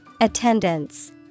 Attendance